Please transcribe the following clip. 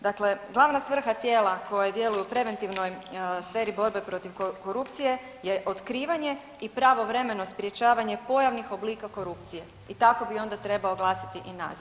Dakle, glavna svrha tijela koja djeluju preventivno u sferi borbe protiv korupcije je otkrivanje i pravovremeno sprječavanje pojavnih oblika korupcije i tako bi onda trebao glasiti i naziv.